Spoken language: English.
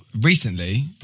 recently